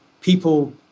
people